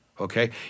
Okay